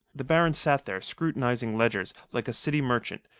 the baron sat there scrutinizing ledgers, like a city merchant,